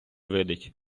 видить